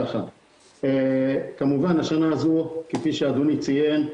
כמובן כפי שאדוני ציין,